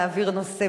נעביר נושא.